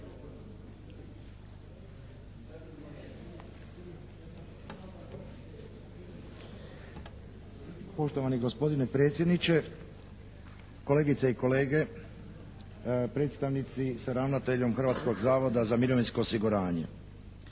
Poštovani gospodine predsjedniče, kolegice i kolege, predstavnici sa ravnateljem Hrvatskog zavoda za mirovinsko osiguranje!